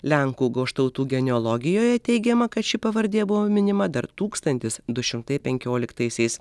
lenkų goštautų genealogijoje teigiama kad ši pavardė buvo minima dar tūkstantis du šimtai penkioliktaisiais